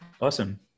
awesome